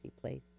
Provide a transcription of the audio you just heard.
place